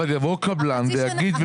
אבל יבוא קבלן ויגיד,